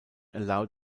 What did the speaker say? allowed